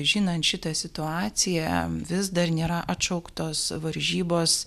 žinant šitą situaciją vis dar nėra atšauktos varžybos